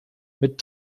mit